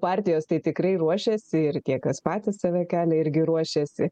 partijos tai tikrai ruošiasi ir tie kas patys save kelia irgi ruošiasi